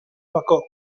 bacó